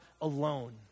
alone